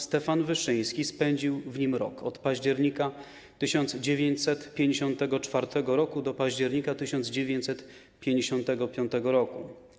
Stefan Wyszyński spędził w nim rok: od października 1954 r. do października 1955 r.